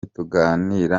tukaganira